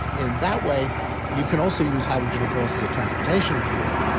and that way you can also use hydrogen of course as a transportation fuel.